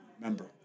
member